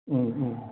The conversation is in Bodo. ओं ओं